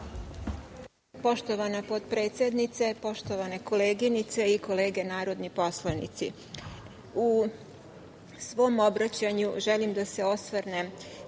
Poštovana potpredsednice, poštovane koleginice i kolege narodni poslanici, u svom obraćanju želim da se osvrnem